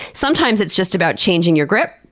sometimes it's just about changing your grip,